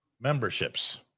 memberships